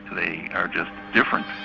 they are just different.